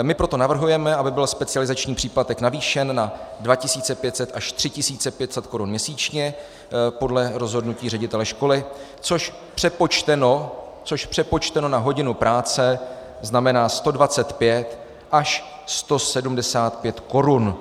My proto navrhujeme, aby byl specializační příplatek navýšen na 2 500 až 3 500 korun měsíčně podle rozhodnutí ředitele školy, což přepočteno na hodinu práce znamená 125 až 175 korun.